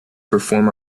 perform